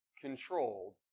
controlled